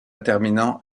terminant